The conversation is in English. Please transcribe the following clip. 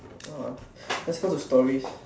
orh let's go to stories